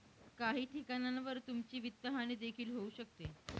काही ठिकाणांवर तुमची वित्तहानी देखील होऊ शकते